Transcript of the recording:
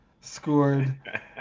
scored